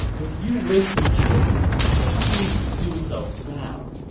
if you wish to kill me, then please do so now.